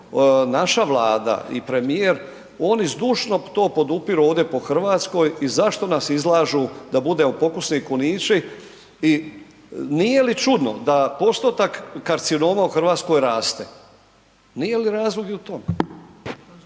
naša Vlada i premijer, oni zdušno to podupiru ovdje po RH i zašto nas izlažu da budemo pokusni kunići i nije li čudno da postotak karcinoma u RH raste, nije li razlog i u tome?